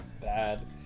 bad